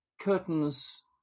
curtains